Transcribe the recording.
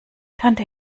tante